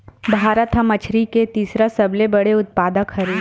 भारत हा मछरी के तीसरा सबले बड़े उत्पादक हरे